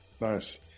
Nice